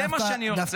זה מה שאני רוצה להגיד.